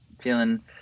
feeling